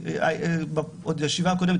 אמרתי עוד בישיבה הקודמת,